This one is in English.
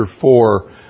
four